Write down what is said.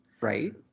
right